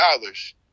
dollars